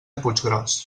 puiggròs